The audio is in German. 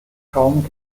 kaum